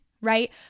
right